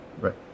Right